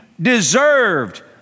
deserved